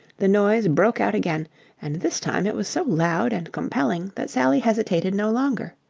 the noise broke out again and this time it was so loud and compelling that sally hesitated no longer.